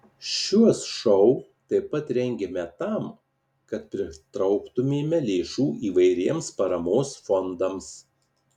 šiuos šou taip pat rengiame tam kad pritrauktumėme lėšų įvairiems paramos fondams